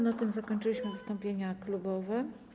Na tym zakończyliśmy wystąpienia klubowe.